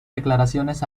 declaraciones